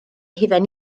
hufen